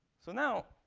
so now,